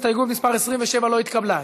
הסתייגות מס' 27 לא התקבלה.